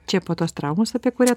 čia po tos traumos apie kurią